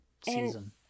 season